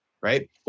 right